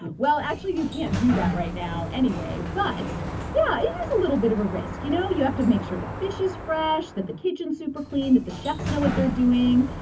well, actually, you can't do that right now anyway. but yeah, it is a little bit of a risk, you know? you have to make sure the fish is fresh, that the kitchen's super-clean, that the chefs know what they're doing.